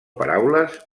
paraules